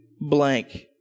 blank